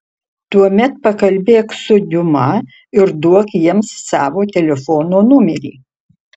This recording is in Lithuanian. tuomet pakalbėk su diuma ir duok jiems savo telefono numerį